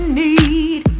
need